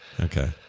Okay